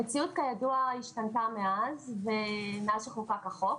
המציאות כידוע השתנתה מאז שחוקק החוק.